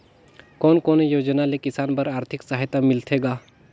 कोन कोन योजना ले किसान बर आरथिक सहायता मिलथे ग?